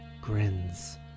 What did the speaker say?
grins